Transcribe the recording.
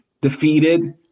defeated